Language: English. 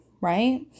right